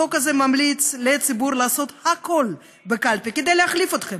החוק הזה ממליץ לציבור לעשות הכול בקלפי כדי להחליף אתכם.